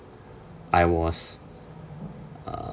I was uh